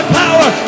power